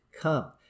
Come